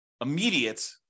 immediate